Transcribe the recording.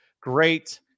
great